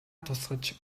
тусгаж